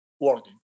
working